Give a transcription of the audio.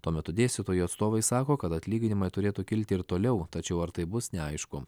tuo metu dėstytojų atstovai sako kad atlyginimai turėtų kilti ir toliau tačiau ar tai bus neaišku